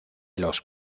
los